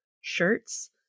shirts